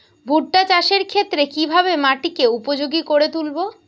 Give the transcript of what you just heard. ভুট্টা চাষের ক্ষেত্রে কিভাবে মাটিকে উপযোগী করে তুলবো?